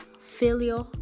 failure